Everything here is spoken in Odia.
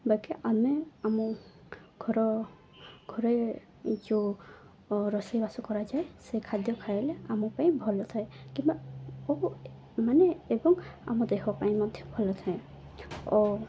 ବାକି ଆମେ ଆମ ଘର ଘରେ ଯେଉଁ ରୋଷେଇବାସ କରାଯାଏ ସେ ଖାଦ୍ୟ ଖାଇଲେ ଆମ ପାଇଁ ଭଲ ଥାଏ କିମ୍ବା ଓ ମାନେ ଏବଂ ଆମ ଦେହ ପାଇଁ ମଧ୍ୟ ଭଲ ଥାଏ ଓ